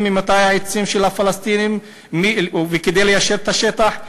ממטעי העצים של הפלסטינים כדי ליישר את השטח?